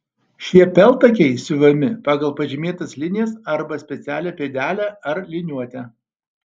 šie peltakiai siuvami pagal pažymėtas linijas arba specialią pėdelę ar liniuotę